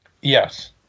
Yes